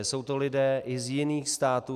Jsou to lidé i z jiných států.